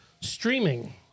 streaming